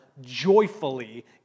joyfully